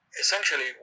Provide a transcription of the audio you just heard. essentially